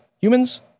humans